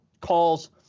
calls